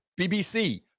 BBC